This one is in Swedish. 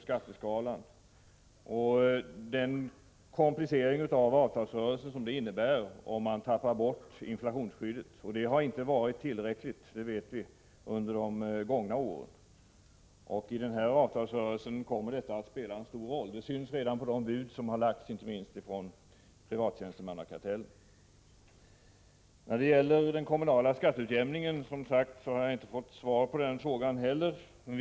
Det blir en komplicering av avtalsrörelsen, om man tappar bort inflationsskyddet, vilket, som bekant, inte har varit tillräckligt under de gångna åren. I avtalsrörelsen kommer det här att spela en stor roll, vilket framgår av de bud som har lagts fram, inte minst buden från privattjänstemannakartellens sida. Jag har inte fått svar på min fråga beträffande den kommunala skatteutjämningen.